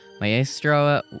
Maestro